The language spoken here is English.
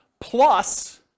plus